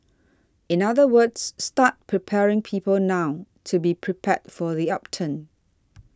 in other words start preparing people now to be prepared for the upturn